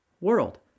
world